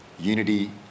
unity